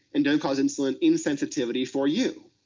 and don't cause insulin insensitivity for you.